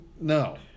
No